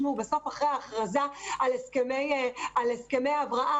אחרי ההכרזה על הסכמי אברהם,